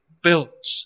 Built